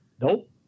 Nope